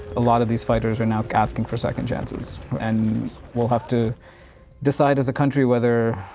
a lot of these fighters are now asking for second chances and we'll have to decide as a country whether,